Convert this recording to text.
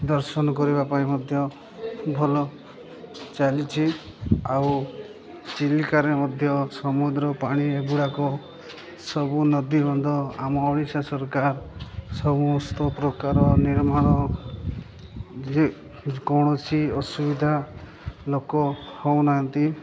ଦର୍ଶନ କରିବା ପାଇଁ ମଧ୍ୟ ଭଲ ଚାଲିଛି ଆଉ ଚିଲିକାରେ ମଧ୍ୟ ସମୁଦ୍ର ପାଣି ଏଗୁଡ଼ାକ ସବୁ ନଦୀ ବନ୍ଧ ଆମ ଓଡ଼ିଶା ସରକାର ସମସ୍ତ ପ୍ରକାର ନିର୍ମାଣ ଯେ କୌଣସି ଅସୁବିଧା ଲୋକ ହଉନାହାନ୍ତି